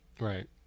Right